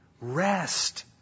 rest